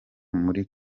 muri